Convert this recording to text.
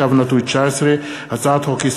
פ/1552/19 וכלה בהצעת חוק שמספרה פ/1621/19,